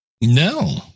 No